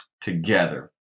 together